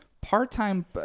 part-time